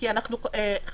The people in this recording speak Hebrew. כי אנחנו חשבנו